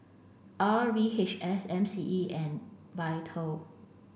R V H S M C E and VITAL